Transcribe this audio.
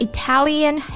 Italian